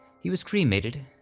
he was cremated,